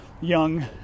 young